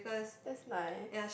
that's nice